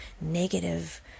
negative